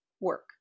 work